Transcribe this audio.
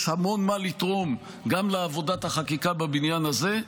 יש המון מה לתרום גם לעבודת החקיקה בבניין הזה.